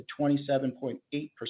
27.8%